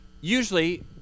Usually